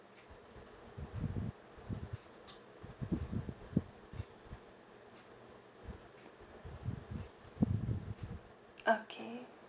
okay